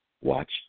Watch